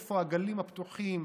איפה הגלים הפתוחים?